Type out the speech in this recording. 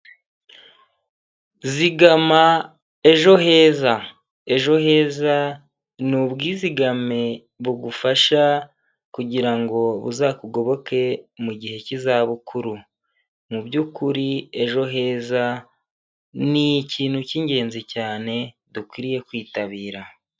Zigama ejo heza! Ejo heza ni ubwizigame bugufasha kugira ngo buzakugoboke mu gihe cy'izabukuru. Mu by'ukuri, ejo heza ni ikintu cy'ingenzi cyane dukwiriye kwitabira.